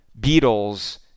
Beatles